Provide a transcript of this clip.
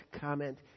comment